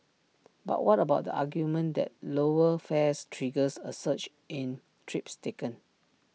but what about the argument that lower fares triggers A surge in trips taken